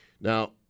Now